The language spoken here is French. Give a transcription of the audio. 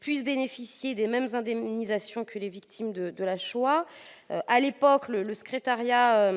puissent bénéficier des mêmes indemnisations que les victimes de la Shoah. À l'époque, le secrétariat